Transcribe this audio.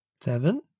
Seven